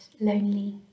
lonely